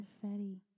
Confetti